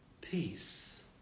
Peace